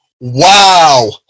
Wow